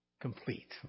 complete